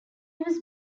was